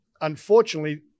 unfortunately